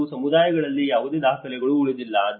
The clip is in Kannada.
ಕೆಲವು ಸಮಯಗಳಲ್ಲಿ ಯಾವುದೇ ದಾಖಲೆಗಳು ಉಳಿದಿಲ್ಲ